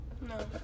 no